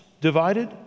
divided